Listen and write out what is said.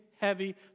heavy